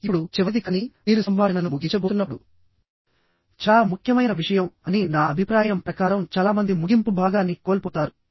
ఇప్పుడుచివరిది కాని మీరు సంభాషణను ముగించబోతున్నప్పుడు చాలా ముఖ్యమైన విషయం అని నా అభిప్రాయం ప్రకారం చాలా మంది ముగింపు భాగాన్ని కోల్పోతారు